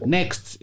Next